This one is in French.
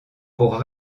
pour